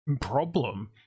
problem